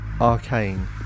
arcane